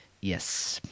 yes